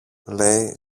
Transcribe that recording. λέει